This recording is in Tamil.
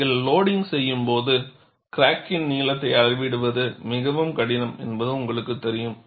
நீங்கள் லோடிங்க் செய்யும்போது கிராக்கின் நீளத்தை அளவிடுவது மிகவும் கடினம் என்பது உங்களுக்குத் தெரியும்